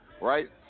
right